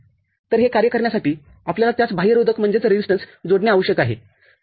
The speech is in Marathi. तर हे कार्य करण्यासाठी आपल्याला त्यास बाह्य रोधक जोडणे आवश्यक आहे ठीक आहे